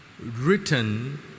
written